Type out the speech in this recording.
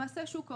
למעשה שוק ההון,